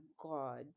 God